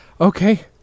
okay